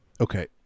Okay